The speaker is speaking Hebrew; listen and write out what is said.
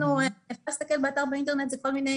אפשר להסתכל באתר אינטרנט זה כל מיני